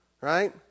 right